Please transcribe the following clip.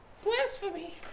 Blasphemy